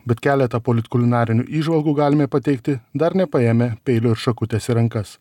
bet keletą polit kulinarinių įžvalgų galime pateikti dar nepaėmę peilio ir šakutės į rankas